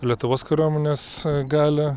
lietuvos kariuomenės galią